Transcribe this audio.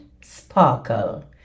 sparkle